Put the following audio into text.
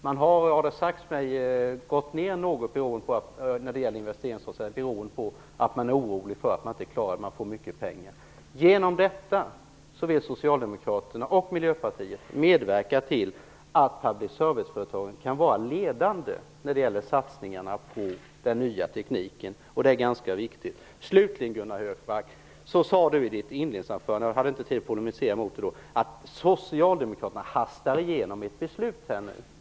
Man har, har det sagts mig, gått ner något när det gäller investeringar beroende på att man är orolig för att man inte klarar det. Det gäller mycket pengar. Genom detta vill Socialdemokraterna och Miljöpartiet medverka till att public service-företagen blir ledande när det gäller satsningarna på den nya tekniken. Det är ganska viktigt. Slutligen sade Gunnar Hökmark i sitt inledningsanförande - jag hade inte tid att polemisera mot det då - att Socialdemokraterna nu hastar igenom ett beslut.